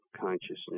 consciousness